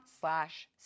slash